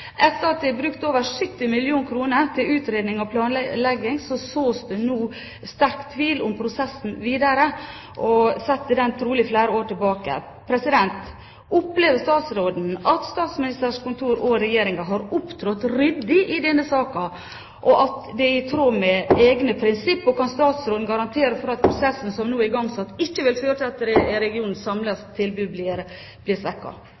Etter at det er brukt over 70 mill. kr til utredning og planlegging, sås det nå sterk tvil om prosessen videre, og det setter den trolig flere år tilbake. Opplever statsråden at Statsministerens kontor og Regjeringen har opptrådt ryddig i denne saken, og at det er i tråd med egne prinsipp? Og kan statsråden garantere at den prosessen som nå er igangsatt, ikke vil føre til at regionens samlede tilbud blir svekket? Det er